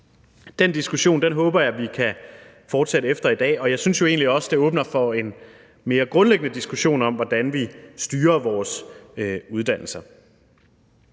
Den diskussion håber jeg at vi kan fortsætte efter i dag, og jeg synes jo egentlig også, det åbner for en mere grundlæggende diskussion om, hvordan vi styrer vores uddannelser.